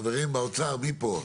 חברים, באוצר, מי פה?